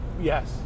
Yes